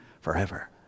forever